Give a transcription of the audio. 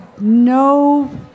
no